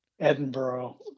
Edinburgh